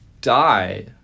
die